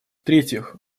третьих